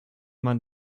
man